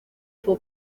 fue